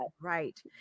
Right